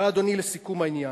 אבל, אדוני, לסיכום העניין: